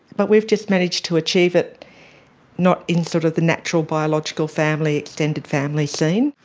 but we've just managed to achieve it not in sort of the natural biological family, extended family scene.